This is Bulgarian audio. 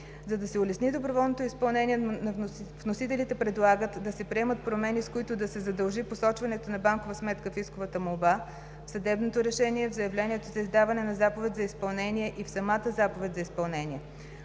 За да се улесни доброволното изпълнение вносителите предлагат да се приемат промени, с които да се задължи посочването на банкова сметка в исковата молба, в съдебното решение, в заявлението за издаване на заповед за изпълнение и в самата заповед за изпълнение.